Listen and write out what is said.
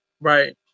Right